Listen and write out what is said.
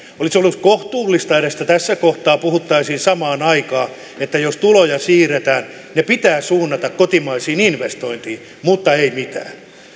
olisi ollut kohtuullista edes se että tässä kohtaa puhuttaisiin samaan aikaan että jos tuloja siirretään ne pitää suunnata kotimaisiin investointeihin mutta ei mitään